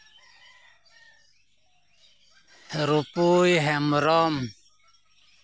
Rupui Hembrom